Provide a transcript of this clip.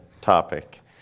topic